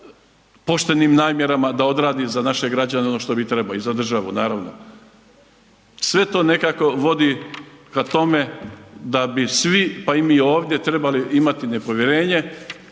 poštenim namjerama da odradi za naše građane ono što bi trebao i za državu naravno. Sve to nekako vodi k tome da bi svi pa i mi ovdje trebali imati povjerenje,